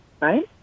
right